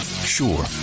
Sure